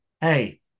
Hey